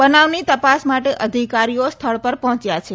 બનાવની તપાસ માટે અધિકારીઓ સ્થળ પર પહોંચ્યા છે